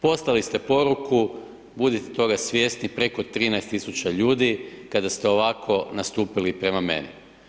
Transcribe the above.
Poslali ste poruku, budite toga svjesni preko 13000 ljudi, kada ste ovako nastupili prema meni.